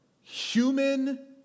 human